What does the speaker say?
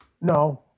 No